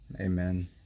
Amen